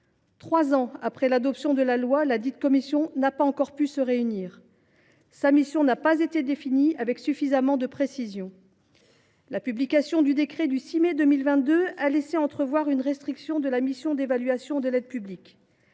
trois ans après l’adoption de cette loi, ladite commission n’a pas encore pu se réunir. Sa mission n’a pas été définie avec suffisamment de précision. La publication du décret du 6 mai 2022 a laissé entrevoir une restriction de sa mission d’évaluation de l’aide publique.